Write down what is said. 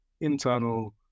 internal